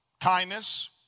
kindness